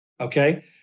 Okay